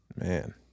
man